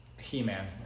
He-Man